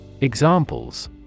Examples